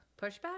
pushback